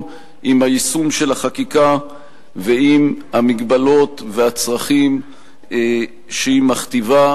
עם היישום של החקיקה ועם המגבלות והצרכים שהיא מכתיבה,